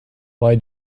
why